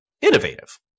innovative